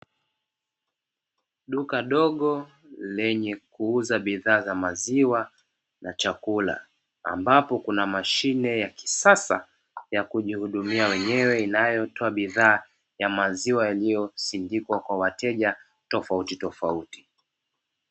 Duka dogo lenye kuuza bidhaa za maziwa na chakula ambapo kuna mashine ya kisasa ya kujihudumia wenyewe, inayotoa bidhaa ya maziwa yaliyosindikwa kwa wateja tofauti tofauti.